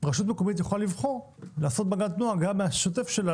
רשות מקומית יכולה לבחור לעשות מעגל תנועה גם מהשוטף שלה,